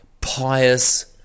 pious